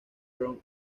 ron